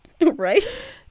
Right